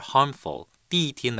Harmful